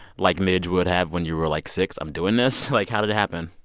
like midge would have, when you were, like, six i'm doing this? like, how did it happen?